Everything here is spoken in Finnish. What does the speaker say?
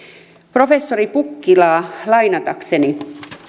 professori pukkilaa lainatakseni